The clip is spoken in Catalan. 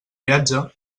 viatge